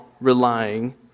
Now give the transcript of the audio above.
relying